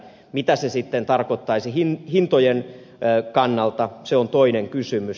mitä se sitten tarkoittaisi hintojen kannalta se on toinen kysymys